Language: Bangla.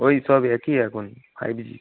ওই সব একই এখন ফাইভ জি